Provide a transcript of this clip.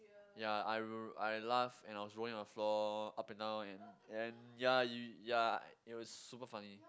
ya I I laugh and I was rolling on floor up and down and then ya ya it was super funny